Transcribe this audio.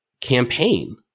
campaign